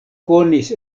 konis